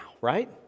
right